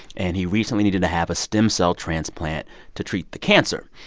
and he recently needed to have a stem cell transplant to treat the cancer.